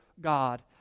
God